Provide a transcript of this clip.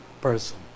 person